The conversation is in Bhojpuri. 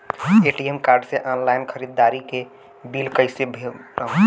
ए.टी.एम कार्ड से ऑनलाइन ख़रीदारी के बिल कईसे भरेम?